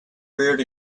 reared